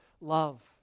love